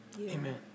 Amen